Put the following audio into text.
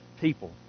people